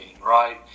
right